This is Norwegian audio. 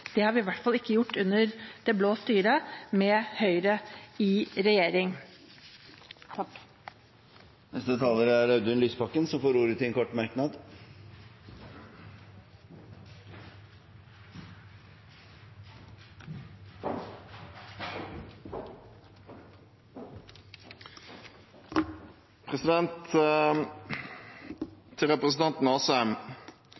i hvert fall ikke under det blå styret med Høyre i regjering. Audun Lysbakken har hatt ordet to ganger tidligere og får ordet til en kort merknad,